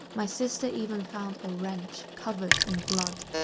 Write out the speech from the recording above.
my sister even found a wrench covered in blood.